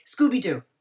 Scooby-Doo